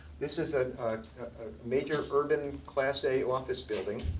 this is a major urban, class a office building.